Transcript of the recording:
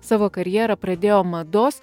savo karjerą pradėjo mados